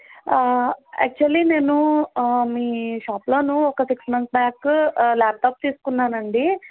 actually నేను మీ షాప్లో ఒక సిక్స్ మంత్స్ బ్యాక్ లాప్ట్యాప్ తీసుకున్నాను అండి